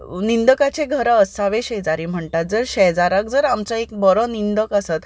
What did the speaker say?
निंदकाचे घर असावे शेजारी म्हणटात जर शेजाराक जर आमचो एक बरो निंदक आसत